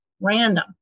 random